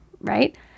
right